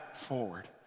forward